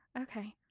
Okay